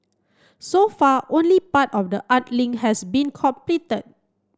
so far only part of the art link has been completed